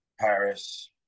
Paris